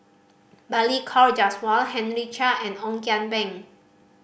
Balli Kaur Jaswal Henry Chia and Ong Kian Peng